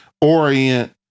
orient